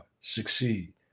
succeed